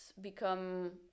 become